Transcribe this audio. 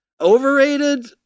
Overrated